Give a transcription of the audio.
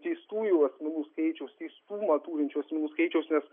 teistųjų asmenų skaičiaus teistumą turinčių asmenų skaičiaus nes